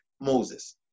Moses